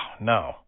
no